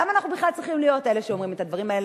למה אנחנו בכלל צריכים להיות אלה שאומרים את הדברים האלה?